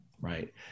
right